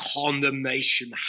condemnation